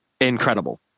incredible